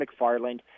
McFarland